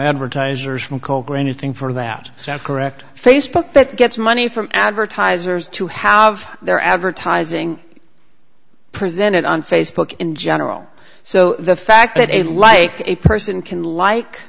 advertisers from call granted thing for that so correct facebook that gets money from advertisers to have their advertising presented on facebook in general so the fact that a like a person can like